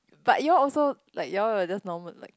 but you all also like you all will just normal like